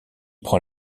prend